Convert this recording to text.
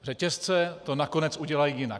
Řetězce to nakonec udělají jinak.